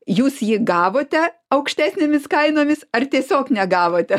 jūs jį gavote aukštesnėmis kainomis ar tiesiog negavote